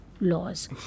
laws